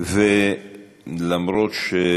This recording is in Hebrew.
ובכן,